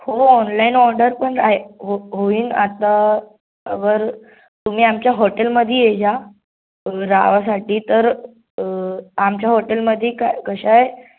हो online order पण आहे हो होईंग आत्ता बर तुम्ही आमच्या होटेलमधी ये जा राहावासाठी तर आमच्या होटेलमधी का कसा आहे